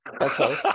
okay